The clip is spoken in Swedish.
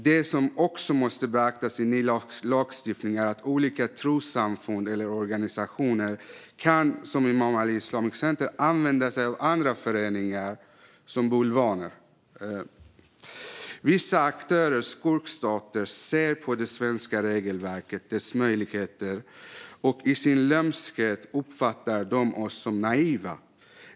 Det som också måste beaktas i ny lagstiftning är att olika trossamfund eller organisationer kan, som Imam Ali Islamic Center, använda sig av andra föreningar som bulvaner. Vissa aktörer och skurkstater ser det svenska regelverkets möjligheter, och i sin lömskhet uppfattar de oss som naiva.